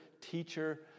teacher